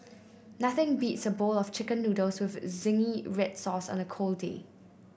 nothing beats a bowl of chicken noodles with zingy red sauce on a cold day